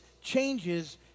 changes